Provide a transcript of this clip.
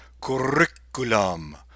curriculum